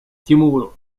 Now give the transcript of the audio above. тимуру